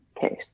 case